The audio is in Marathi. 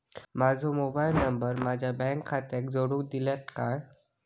माजो मोबाईल नंबर माझ्या बँक खात्याक जोडून दितल्यात काय?